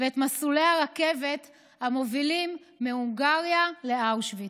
ואת מסלולי הרכבת המובילים מהונגריה לאושוויץ.